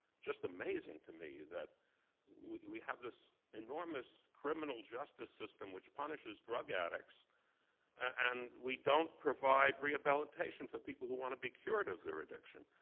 just amazing to me that we have this enormous criminal justice system which punishes drug addicts and we don't provide rehabilitation for people who want to be cured of their addiction.